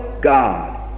God